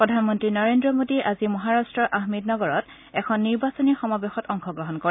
প্ৰধানমন্ত্ৰী নৰেন্দ্ৰ মোডীয়ে আজি মহাৰট্টৰ আহমেদ নগৰত এখন নিৰ্বাচনী সমাৱেশত অংশগ্ৰহণ কৰে